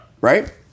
right